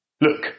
Look